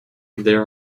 there